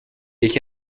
یکی